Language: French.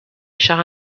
charts